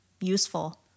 useful